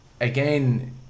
again